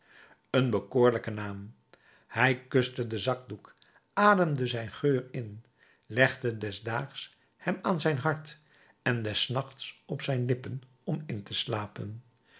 een bekoorlijke naam hij kuste den zakdoek ademde zijn geur in legde des daags hem aan zijn hart en des nachts op zijn lippen om in te slapen